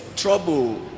Trouble